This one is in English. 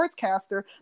sportscaster